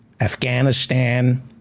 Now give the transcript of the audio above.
Afghanistan